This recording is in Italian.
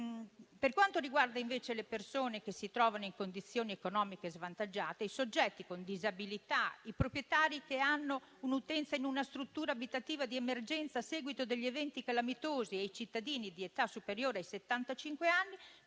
120 euro all'anno. Le persone che si trovano in condizioni economiche svantaggiate, i soggetti con disabilità e i proprietari che hanno un'utenza in una struttura abitativa di d'emergenza a seguito degli eventi calamitosi e i cittadini di età superiore ai